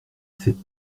cette